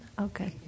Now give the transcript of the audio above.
Okay